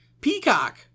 Peacock